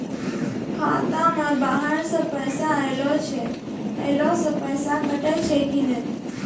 खाता मे बाहर से पैसा ऐलो से पैसा कटै छै कि नै?